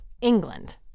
England